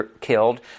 killed